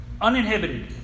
uninhibited